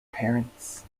parents